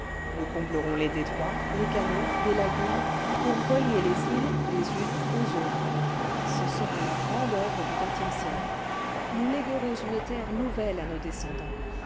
nous comblerons les détroits les canaux les lagunes pour relier les îles les unes aux autres ce sera la grande oeuvre du xxe siècle nous léguerons une terré nouvelle à nos descendants